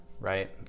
right